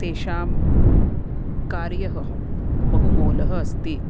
तेषां कार्यं बहु मूलः अस्ति